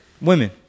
Women